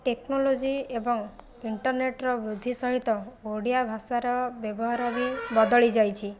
technology ଏବଂ ଇଣ୍ଟର୍ନେଟର ବୃଦ୍ଧି ସହିତ ଓଡ଼ିଆ ଭାଷାର ବ୍ୟବହାର ବି ବଦଳି ଯାଇଛି